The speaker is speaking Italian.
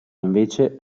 invece